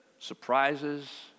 Surprises